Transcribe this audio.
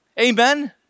Amen